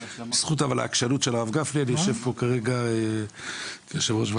אבל בזכות העקשנות של הרב גפני אני יושב פה כרגע כיושב-ראש הוועדה.